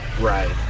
Right